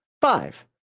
five